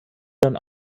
denn